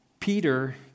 Peter